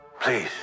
Please